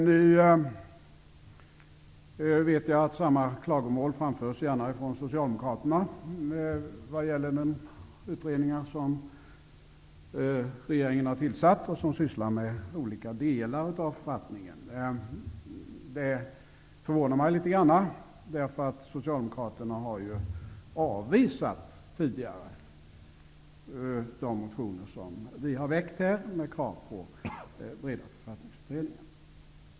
Jag vet att samma klagomål framförs från Socialdemokraterna vad gäller de utredningar som regeringen har tillsatt och som sysslar med olika delar av författningen. Det förvånar mig litet, därför att Socialdemokraterna tidigare har avvisat de motioner som vi har väckt med krav på breda författningsutredningar.